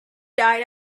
died